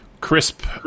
crisp